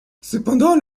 cependant